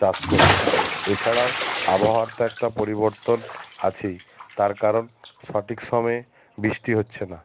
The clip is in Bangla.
চাষ করবে এছাড়াও আবহাওয়ার তো একটা পরিবর্তন আছেই তার কারণ সঠিক সময়ে বৃষ্টি হচ্ছে না